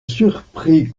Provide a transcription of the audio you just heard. surprit